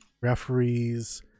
referees